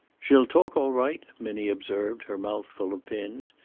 she'll talk, all right, minnie observed, her mouth full of pins.